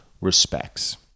respects